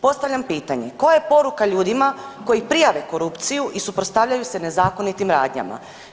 Postavljam pitanje koja je poruka ljudima koji prijave korupciju i suprotstavljaju se nezakonitim radnjama?